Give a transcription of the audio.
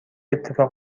اتفاق